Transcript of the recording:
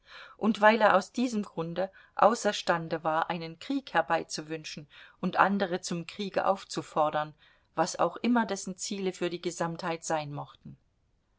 und weil er aus diesem grunde außerstande war einen krieg herbeizuwünschen und andere zum kriege aufzufordern was auch immer dessen ziele für die gesamtheit sein mochten